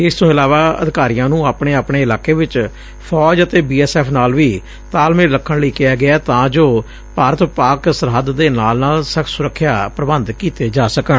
ਇਸ ਤੋਂ ਇਲਾਵਾ ਅਧਿਕਾਰੀਆਂ ਨੂੰ ਆਪਣੇ ਆਪਣੇ ਇਲਾਕੇ ਵਿਚ ਫੌਜ ਅਤੇ ਡੀ ਐਸ ਐਫ਼ ਨਾਲ ਵੀ ਤਾਲਮੇਲ ਰੱਖਣ ਲਈ ਕਿਹਾ ਗਿਐ ਤਾਂ ਜੋ ਕਿੱ ਭਾਰਤ ਪਾਕਿ ਸਰਹੱਦ ਦੇ ਨਾਲ ਨਾਲ ਸਖ਼ਤ ਸੁਰੱਖਿਆ ਪ੍ਬੰਧ ਕੀਤੇ ਜਾ ਸਕਣ